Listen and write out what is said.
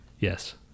Yes